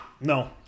no